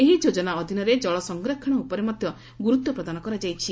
ଏହି ଯୋଜନା ଅଧୀନରେ ଜଳ ସଂରକ୍ଷଣ ଉପରେ ମଧ୍ୟ ଗୁରୁତ୍ୱ ପ୍ରଦାନ କରାଯାଇଛି